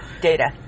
data